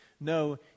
No